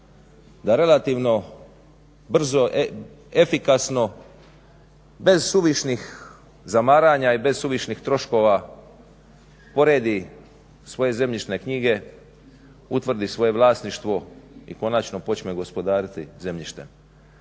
da relativno brzo, efikasno, bez suvišnih zamaranja i bez suvišnih troškova poredi svoje zemljišne knjige, utvrdi svoje vlasništvo i konačno počne gospodariti zemljištem.